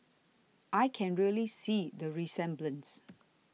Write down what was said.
I can really see the resemblance